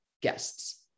guests